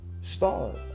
stars